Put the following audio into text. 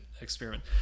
experiment